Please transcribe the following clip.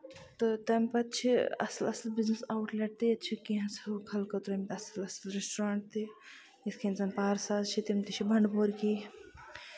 تہٕ تَمہِ پَتہٕ چھِ اَصٕل اَصٕل بِزنِس اَوُٹ لٮ۪ٹ تہِ ییٚتہِ چھِ کیٚنہہ ہَلکہٕ تراومٕتۍ اَصٕل اَصٕل رٮ۪سٹورَنٹ تہِ یِتھ کٔنۍ زَن پارساز چھِ تِم تہِ چھِ بَنڈپوٗر کہِ